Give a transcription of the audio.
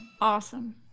Awesome